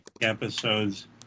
episodes